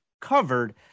covered